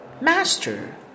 Master